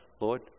Lord